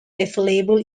available